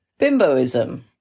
bimboism